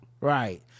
Right